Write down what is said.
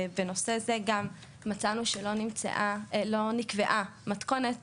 גם בנושא זה מצאנו שלא נקבעה מתכונת